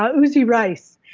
um uzzi reiss.